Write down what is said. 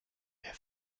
wir